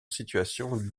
situation